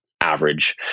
average